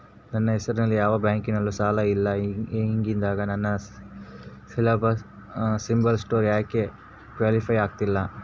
ನನ್ನ ಹೆಸರಲ್ಲಿ ಯಾವ ಬ್ಯಾಂಕಿನಲ್ಲೂ ಸಾಲ ಇಲ್ಲ ಹಿಂಗಿದ್ದಾಗ ನನ್ನ ಸಿಬಿಲ್ ಸ್ಕೋರ್ ಯಾಕೆ ಕ್ವಾಲಿಫೈ ಆಗುತ್ತಿಲ್ಲ?